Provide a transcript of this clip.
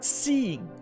seeing